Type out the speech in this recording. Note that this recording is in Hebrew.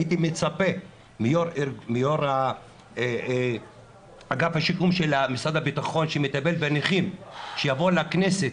הייתי מצפה מיו"ר אגף השיקום של משרד הבטחון שמטפל בנכים שיבוא לכנסת